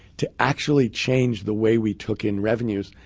to actually change the way we took in revenues,